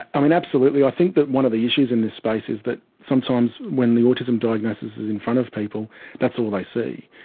and absolutely. i think that one of the issues in this space is that sometimes when the autism diagnosis is in front of people that's all they see.